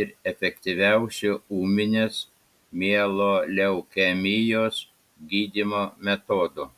ir efektyviausiu ūminės mieloleukemijos gydymo metodu